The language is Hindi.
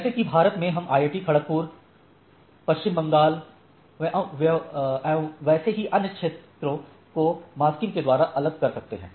जैसे कि भारत में हम आईआईटी खड़कपुर पश्चिम बंगाल एवं ऐसे ही अन्य क्षेत्रों को मास्किंग के द्वारा अलग कर सकते हैं